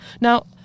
Now